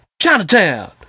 Chinatown